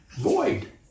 Void